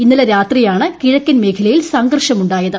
ഇന്നലെ രാത്രിയാണ് കിഴക്കൻ മേഖലയിൽ സംഘർഷമുണ്ടായത്